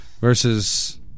versus